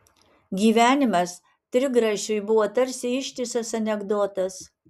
gyvenimas trigrašiui buvo tarsi ištisas anekdotas